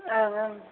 औ ओं